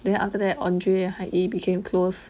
then after that andrea hai yi became close